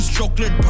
Chocolate